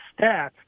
stats